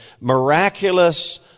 miraculous